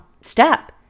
step